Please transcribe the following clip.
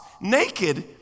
naked